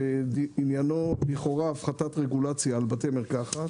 שענייני לכאורה הפחתת רגולציה על בתי מרקחת.